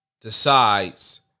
decides